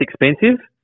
expensive